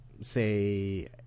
say